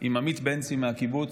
עם עמית בנצי מהקיבוץ,